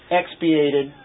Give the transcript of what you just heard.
expiated